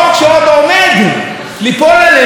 חברי אלי אלאלוף,